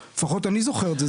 לפחות אני זוכר את זה,